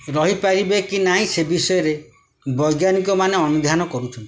ରହିପାରିବେ କି ନାହିଁ ସେ ବିଷୟରେ ବୈଜ୍ଞାନିକମାନେ ଅନୁଧ୍ୟାନ କରୁଛନ୍ତି